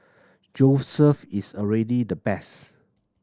Joseph is already the best